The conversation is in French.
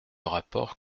rapport